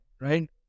right